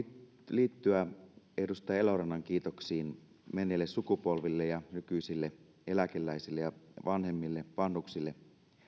liittyä edustaja elomaan kiitoksiin menneille sukupolville ja nykyisille eläkeläisille ja vanhuksille